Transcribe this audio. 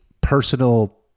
personal